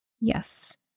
Yes